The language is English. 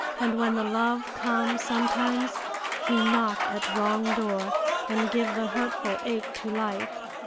and when the love come sometimes he knock at wrong door and give the hurtful ache to life.